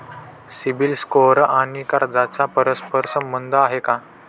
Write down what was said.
CIBIL score आणि कर्जाचा परस्पर संबंध आहे का?